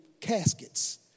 caskets